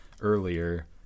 earlier